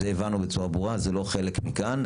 זה הבנו בצורה ברורה, זה לא חלק מכאן.